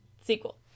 Sequel